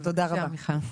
בבקשה מיכל.